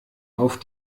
auf